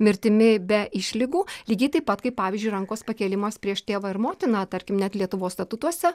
mirtimi be išlygų lygiai taip pat kaip pavyzdžiui rankos pakėlimas prieš tėvą ir motiną tarkim net lietuvos statutuose